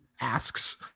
asks